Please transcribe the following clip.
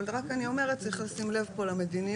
אבל רק אני אומרת צריך לשים לב פה למדיניות,